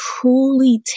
truly